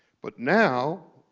but now,